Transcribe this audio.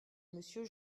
monsieur